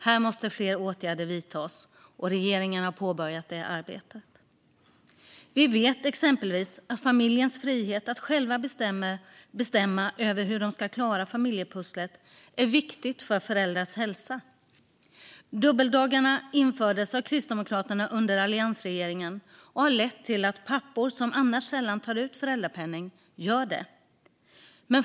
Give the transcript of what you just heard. Här måste fler åtgärder vidtas, och regeringen har påbörjat det arbetet. Vi vet exempelvis att familjens frihet att själv bestämma hur familjepusslet ska klaras är viktig för föräldrars hälsa. Dubbeldagarna infördes av Kristdemokraterna under alliansregeringen och har lett till att pappor som annars sällan tar ut föräldrapenning gör det.